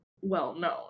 well-known